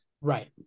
right